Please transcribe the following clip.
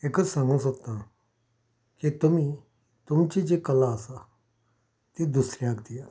एकच सांगूक सोदता की तुमी तुमची जी कला आसा ती दुसऱ्यांक दियात